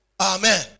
Amen